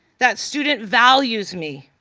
that student values me.